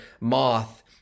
moth